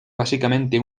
básicamente